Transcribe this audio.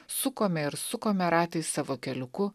sukome ir sukome ratais savo keliuku